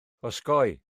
osgoi